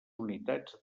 unitats